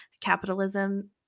capitalism